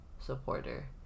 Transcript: supporter